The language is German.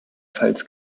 pfalz